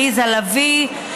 עליזה לביא,